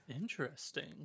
interesting